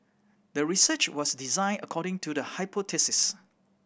the research was designed according to the hypothesis